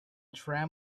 tram